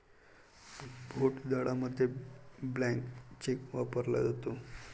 भोट जाडामध्ये blank cheque वापरला जातो